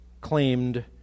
claimed